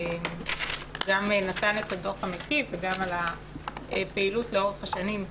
שגם נתן את הדוח המקיף וגם על הפעילות לאורך השנים.